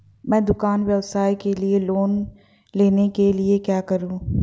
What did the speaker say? मैं दुकान व्यवसाय के लिए लोंन लेने के लिए क्या करूं?